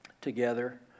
together